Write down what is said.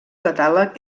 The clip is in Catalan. catàleg